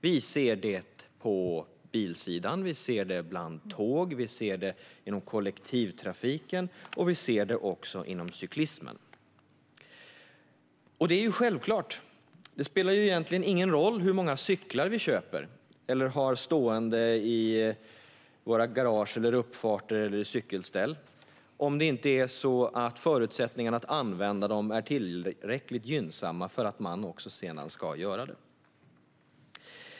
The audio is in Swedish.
Vi ser det på bilsidan, vi ser det bland tåg, vi ser det inom kollektivtrafiken och vi ser det också inom cyklismen. Det är självklart. Det spelar egentligen ingen roll hur många cyklar vi köper eller har stående i våra garage, på våra uppfarter eller i cykelställ om inte förutsättningarna att använda dem är tillräckligt gynnsamma för att vi sedan också ska göra det.